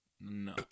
No